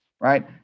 right